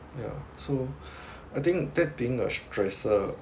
yeah so I think that being a stress er